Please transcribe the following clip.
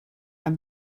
i’m